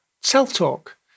self-talk